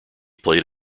played